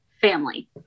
family